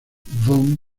von